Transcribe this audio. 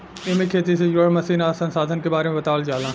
एमे खेती से जुड़ल मशीन आ संसाधन के बारे बतावल जाला